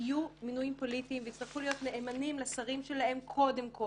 יהיו מינויים פוליטיים ויצטרכו להיות נאמנים לשרים שלהם קודם כל